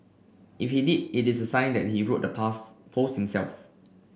if he did it is sign that he wrote the pass post himself